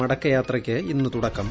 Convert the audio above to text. മടക്കയാത്രയ്ക്ക് ഇന്ന് തുടക്കം